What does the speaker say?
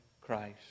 Christ